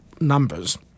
numbers